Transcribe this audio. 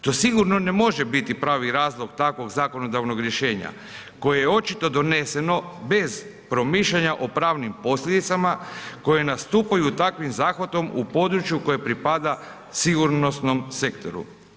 To sigurno ne može biti pravi razlog takvog zakonodavnog rješenja koje je očito doneseno bez promišljanja o pravnim posljedicama koje nastupaju takvim zahvatom u području koje pripada sigurnosnom sektoru.